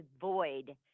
void